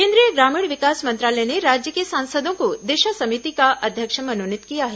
केन्द्रीय ग्रामीण विकास मंत्रालय ने राज्य के सांसदों को दिशा समिति का अध्यक्ष मनोनीत किया है